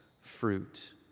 fruit